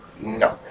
No